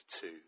two